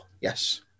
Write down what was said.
yes